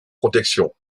protection